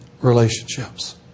relationships